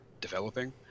developing